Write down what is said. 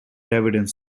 evidence